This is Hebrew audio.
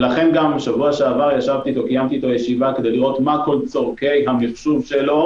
לכן גם בשבוע שעבר קיימתי איתו ישיבה כדי לראות מה כל צרכי המחשוב שלו.